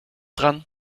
dran